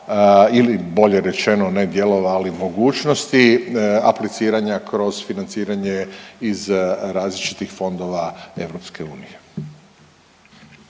ili bolje rečeno, ne, dijelova, ali mogućnosti apliciranja kroz financiranje iz različitih fondova EU.